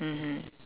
mmhmm